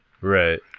Right